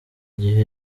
gihe